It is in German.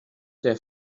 der